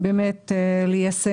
שנית,